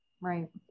Right